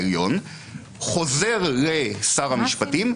אבל אני רוצה שלבית המשפט העליון תהיה האופציה להכריז רק על אי התאמה.